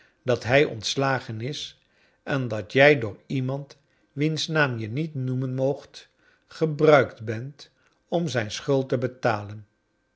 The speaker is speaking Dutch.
dat hij ontsjagen is en dat jij door iemand wiens naam je niet noemen moogt gebruikt bent om zijn schuld te betalen